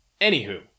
anywho